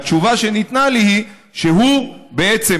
התשובה שניתנה לי היא שהוא בעצם,